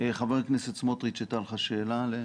חבר הכנסת סמוטרי'ץ הייתה לך שאלה.